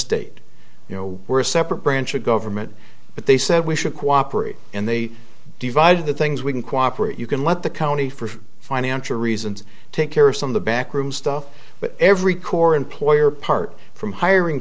state you know we're a separate branch of government but they said we should cooperate and they divide the things we can cooperate you can let the county for financial reasons take care of some of the back room stuff but every core employer part from hiring